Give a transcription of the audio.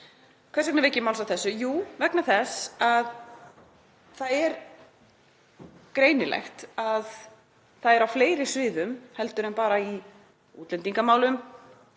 Hvers vegna vek ég máls á þessu? Jú, vegna þess að það er greinilegt að það er á fleiri sviðum en bara í útlendingamálum,